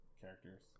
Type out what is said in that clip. characters